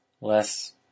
Less